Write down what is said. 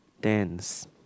dance